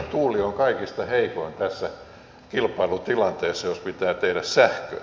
tuuli on kaikista heikoin tässä kilpailutilanteessa jos pitää tehdä sähköä